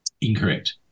Incorrect